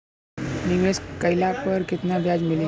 निवेश काइला पर कितना ब्याज मिली?